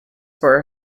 for